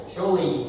Surely